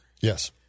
Yes